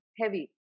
heavy